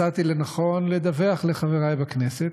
מצאתי לנכון לדווח לחברי בכנסת,